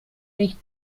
nicht